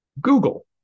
Google